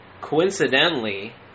coincidentally